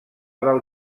del